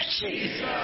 Jesus